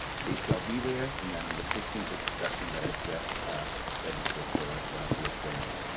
state here i'll be there and then on the sixteenth is the session that i just registered for with wendy.